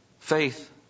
Faith